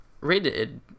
rated